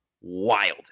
wild